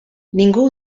ningú